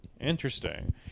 Interesting